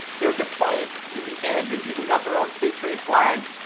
they're defiant to the end. they've even got their own patriot flag,